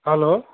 hello